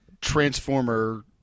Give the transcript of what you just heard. Transformer